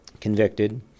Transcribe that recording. convicted